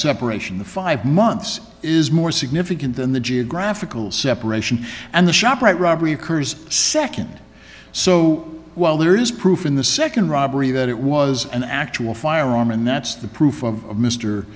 separation the five months is more significant than the geographical separation and the shoprite robbery occurs nd so while there is proof in the nd robbery that it was an actual firearm and that's the proof of mr